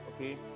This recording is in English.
okay